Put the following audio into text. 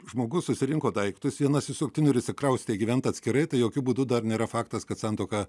žmogus susirinko daiktus vienas iš sutuoktinių ir išsikraustė gyventi atskirai tai jokiu būdu dar nėra faktas kad santuoka